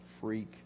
freak